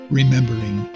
remembering